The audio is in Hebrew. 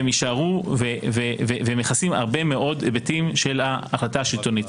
הם יישארו והם מכסים הרבה מאוד היבטים של ההחלטה השלטונית.